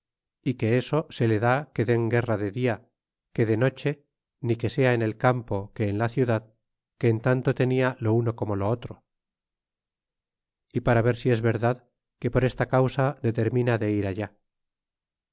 y que eso se le da que den guerra de dia que de noche ni que sea en el campo que enla ciudad que en tanto tenia lo uno como lo otro y para ver si es verdad que por esta causa determina de ir allá